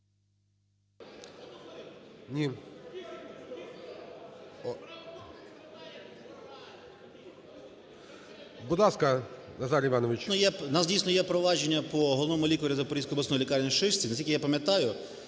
нас, дійсно, є провадження по головному лікарю Запорізької обласної лікарні Шишці, наскільки я пам'ятаю,